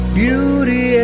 beauty